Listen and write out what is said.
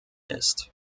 ist